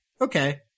okay